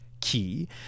key